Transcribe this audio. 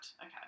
okay